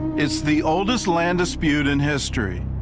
it's the oldest land dispute in history.